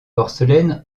porcelaine